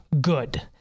good